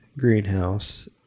greenhouse